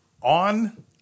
On